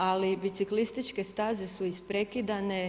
Ali biciklističke staze su isprekidane.